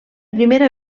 primera